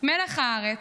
מלח הארץ,